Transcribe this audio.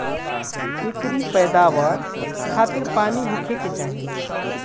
एकरी पैदवार खातिर पानी होखे के चाही